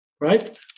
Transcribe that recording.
right